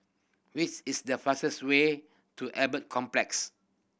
which is the fastest way to Albert Complex